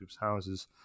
houses